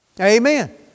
Amen